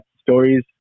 stories